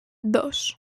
dos